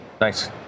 Nice